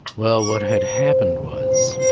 well, what had happened was.